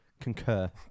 concur